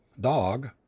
dog